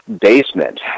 basement